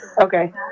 Okay